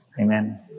Amen